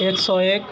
ایک سو ایک